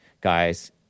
guys